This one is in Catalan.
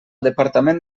departament